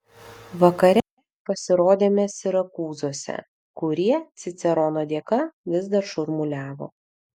vakare pasirodėme sirakūzuose kurie cicerono dėka vis dar šurmuliavo